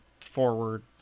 forward